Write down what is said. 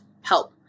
help